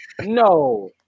no